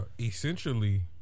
Essentially